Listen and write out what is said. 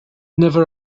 never